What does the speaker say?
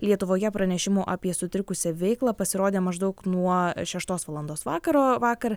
lietuvoje pranešimų apie sutrikusią veiklą pasirodė maždaug nuo šeštos valandos vakaro vakar